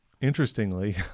interestingly